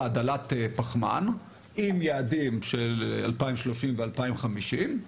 דלת פחמן עם יעדים של 2030 ו-2050,